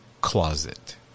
closet